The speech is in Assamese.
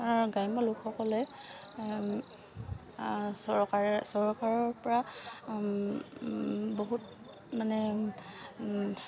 গ্ৰাম্য লোকসকলে চৰকাৰে চৰকাৰৰপৰা বহুত মানে